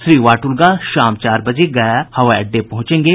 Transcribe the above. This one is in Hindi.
श्री वाटुल्गा शाम चार बजे गया हवाई अड्डा पहुंचेंगे